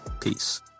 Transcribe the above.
Peace